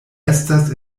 estas